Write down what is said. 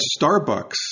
Starbucks